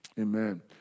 Amen